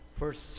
first